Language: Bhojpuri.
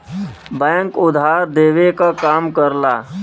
बैंक उधार देवे क काम करला